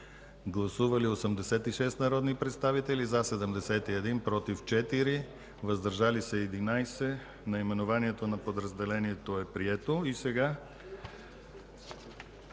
Гласували 86 народни представители: за 71, против 4, въздържали се 11. Наименованието на подразделението е прието.